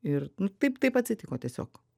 ir nu taip taip atsitiko tiesiog